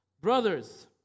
Brothers